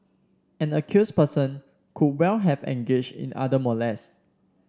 an accused person could well have engaged in other molest